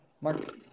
Mark